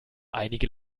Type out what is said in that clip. einige